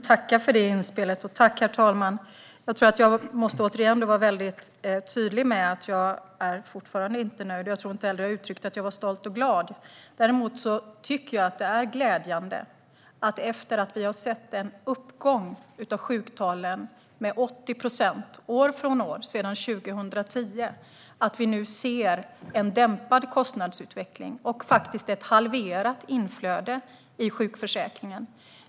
Herr talman! Jag tackar för det inspelet. Jag måste nog återigen vara tydlig med att jag fortfarande inte är nöjd. Jag tror inte heller att jag uttryckte att jag är stolt och glad. Däremot tycker jag att det är glädjande att vi, efter att ha sett en uppgång av sjuktalen med 80 procent år efter år sedan 2010, nu ser en dämpad kostnadsutveckling och faktiskt ett halverat inflöde i sjukförsäkringen.